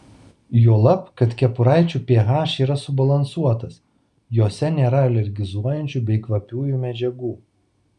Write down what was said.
juolab kad kepuraičių ph yra subalansuotas jose nėra alergizuojančių bei kvapiųjų medžiagų